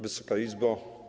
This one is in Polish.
Wysoka Izbo!